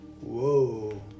Whoa